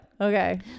okay